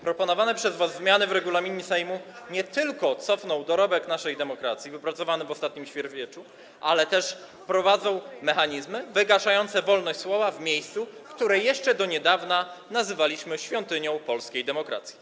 Proponowane przez was zmiany w regulaminie Sejmu nie tylko cofną dorobek naszej demokracji wypracowany w ostatnim ćwierćwieczu, ale też wprowadzą mechanizmy wygaszające wolność słowa w miejscu, które jeszcze do niedawna nazywaliśmy świątynią polskiej demokracji.